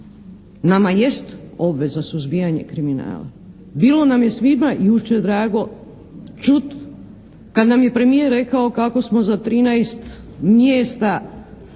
Nama jest obveza suzbijanje kriminala. Bilo nam je svima jučer drago čuti kad nam je premijer rekao kako smo za 13 mjesta